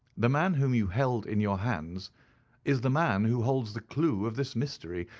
the man whom you held in your hands is the man who holds the clue of this mystery,